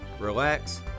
Relax